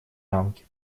рамки